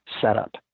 setup